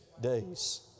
days